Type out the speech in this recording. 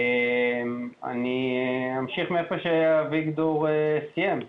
אמשיך מאיפה שאביגדור סיים.